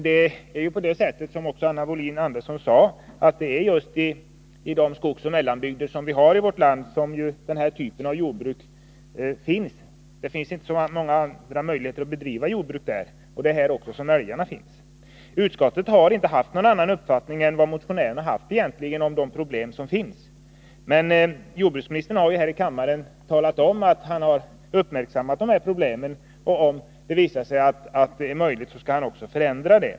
Det är, som också Anna Wohlin-Andersson sade, i vårt lands skogsoch mellanbygder som denna typ av jordbruk bedrivs. Det finns inte så många andra möjligheter att bedriva jordbruk där, och det är också där som älgarna finns. Utskottet har egentligen inte haft någon annan uppfattning än motionärerna om de problem som finns. Jordbruksministern har här i kammaren talat om att han har uppmärksammat dessa problem och att han, om det visar sig möjligt, också skall vidta åtgärder.